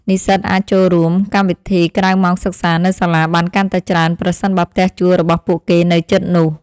និស្សិតអាចចូលរួមកម្មវិធីក្រៅម៉ោងសិក្សានៅសាលាបានកាន់តែច្រើន ប្រសិនបើផ្ទះជួលរបស់ពួកគេនៅជិតនោះ។